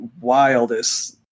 wildest